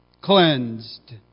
cleansed